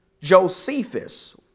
Josephus